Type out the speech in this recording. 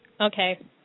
Okay